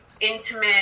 intimate